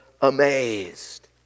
amazed